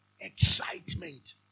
Excitement